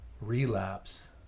relapse